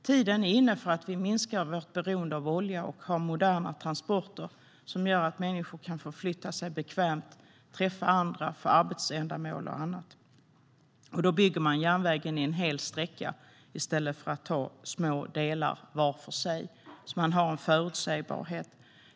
Tiden är inne för att vi minskar vårt beroende av olja och har moderna transporter som gör att människor kan förflytta sig bekvämt och träffa andra för arbetsändamål och annat. Då bygger man järnvägen en hel sträcka i stället för att ta små delar var för sig. Man har en förutsägbarhet.